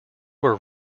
were